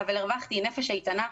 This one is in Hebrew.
אבל הרווחתי נפש איתנה,